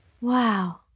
Wow